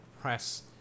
press